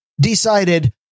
decided